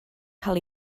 cael